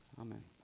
Amen